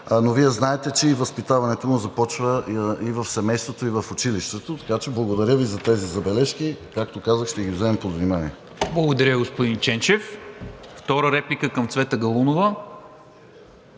но Вие знаете, че и възпитаването му започва и в семейството, и в училището, така че благодаря Ви за тези забележки. Както казах, ще ги вземем под внимание. ПРЕДСЕДАТЕЛ НИКОЛА МИНЧЕВ: Благодаря, господин Ченчев. Втора реплика към Цвета Галунова?